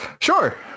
Sure